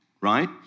right